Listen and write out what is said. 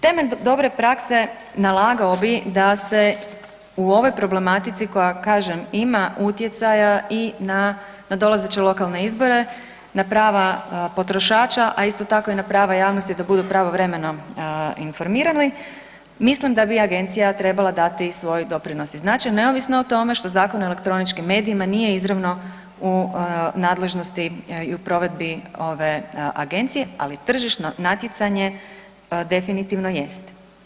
Temelj dobre prakse nalagao bi da se u ovoj problematici koja kažem ima utjecaja i na nadolazeće lokalne izbore, na prava potrošača, a isto tako i na prava javnosti da budu pravovremeno informirani, mislim da bi agencija trebala dati svoj doprinos i značaj neovisno o tome što Zakon o elektroničkim medijima nije izravno u nadležnosti i u provedbi ove agencije, ali tržišno natjecanje definitivno jest.